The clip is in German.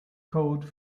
code